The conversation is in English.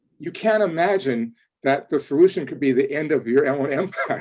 you can't imagine that the solution could be the end of your own empire,